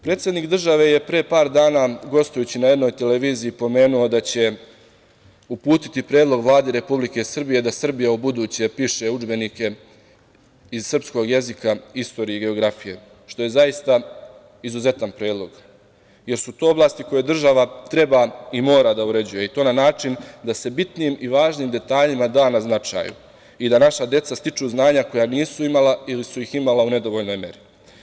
Predsednik države je pre par dana, gostujući na jednoj televiziji, pomenuo da će uputiti predlog Vladi Republike Srbije da Srbija ubuduće piše udžbenike iz srpskog jezika, istorije i geografije, što je zaista izuzetan predlog, jer su to oblasti koje država treba i mora da uređuje, i to na način da se bitnim i važnim detaljima da na značaju i da naša deca stiču znanja koja nisu imala ili su ih imala u nedovoljnoj meri.